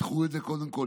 תדחו את זה, קודם כול.